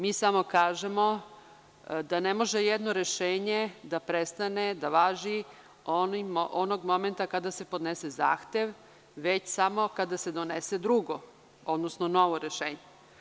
Mi samo kažemo da ne može jedno rešenje da prestane da važi onog momenta kada se podnese zahtev, već samo kada se donese drugo, odnosno novo rešenje.